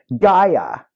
Gaia